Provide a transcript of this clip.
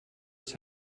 just